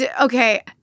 Okay